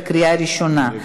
בקריאה ראשונה.